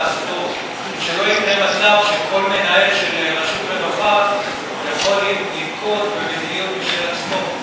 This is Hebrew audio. שלא יקרה מצב שכל מנהל של רשות רווחה יכול לנקוט מדיניות משל עצמו.